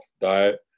diet